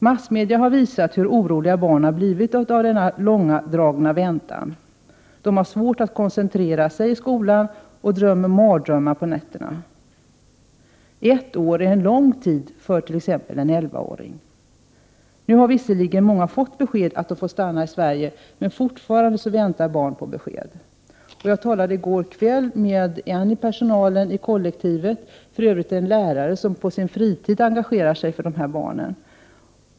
Massmedia har visat hur oroliga barnen blivit av denna långdragna väntan. De har svårt att koncentrera sig i skolan och har mardrömmar på nätterna. Ett år är en lång tid för t.ex. en elvaåring. Nu har visserligen många fått besked om att de får stanna i Sverige, men fortfarande väntar barn på besked. Jag talade i går kväll med en person ur kollektivets personal — för övrigt en lärare som engagerat sig på sin fritid för barnen.